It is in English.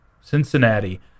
Cincinnati